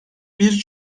bir